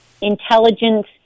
intelligence